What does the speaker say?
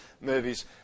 movies